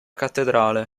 cattedrale